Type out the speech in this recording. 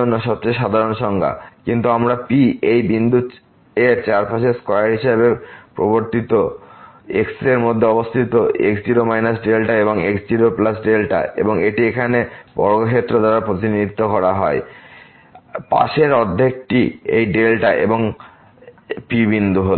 জন্য সবচেয়ে সাধারণ সংজ্ঞা কিন্তু আমরা P এই বিন্দু এর চারপাশের স্কয়ার হিসাবে প্রবর্তিত x এর মধ্যে অবস্থিত x0 δ এবং x0δ এবং এটি এখানে বর্গক্ষেত্র দ্বারা প্রতিনিধিত্ব করা হয় পাশের অর্ধেকটি এই এবং P বিন্দু হল